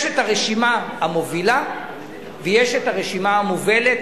יש הרשימה המובילה ויש הרשימה המובלת,